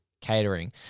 catering